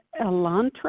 Elantra